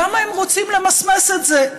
למה הם רוצים למסמס את זה?